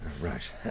Right